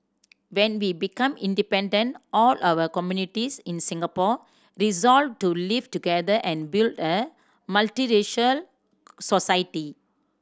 when we became independent all our communities in Singapore resolved to live together and build a multiracial society